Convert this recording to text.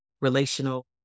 relational